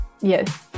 yes